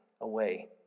away